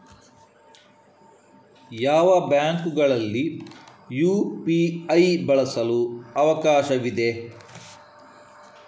ಯಾವ ಬ್ಯಾಂಕುಗಳಲ್ಲಿ ಯು.ಪಿ.ಐ ಬಳಸಲು ಅವಕಾಶವಿದೆ?